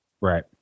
Right